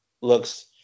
looks